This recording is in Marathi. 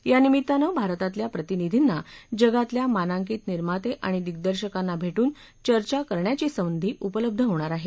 यानिमित्तान भारतातल्या प्रतिनिधींना जगातल्या मानांकित निर्माते आणि दिन्दर्शकांना भेटून चर्चा करणयाची संधी उपलब्ध होणार आहे